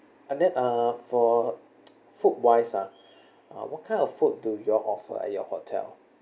and then uh for food wise ah uh what kind of food do you all offer at your hotel